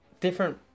different